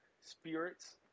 spirits